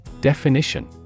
Definition